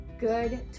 good